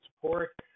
support